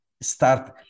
start